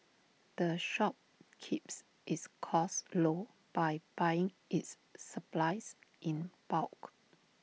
the shop keeps its costs low by buying its supplies in bulk